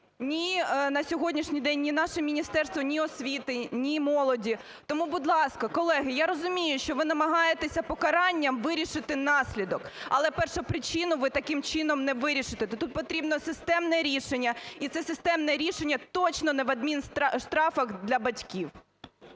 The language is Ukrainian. ні на сьогоднішній день наше Міністерство ні освіти, ні молоді. Тому, будь ласка, колеги, я розумію, що ви намагаєтеся покаранням вирішити наслідок, але першопричину ви таким чином не вирішите. Бо тут потрібно системне рішення, і це системне рішення точно не в адмінштрафах для батьків.